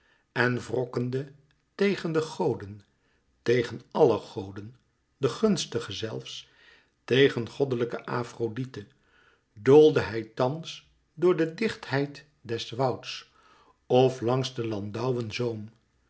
en wrokkende tegen de goden tegen àlle goden de gunstige zelfs tegen goddelijke afrodite doolde hij thans door de dichtheid des wouds of langs der landouwen zoom